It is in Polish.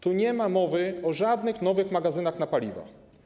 W nim nie ma mowy o żadnych nowych magazynach na paliwo.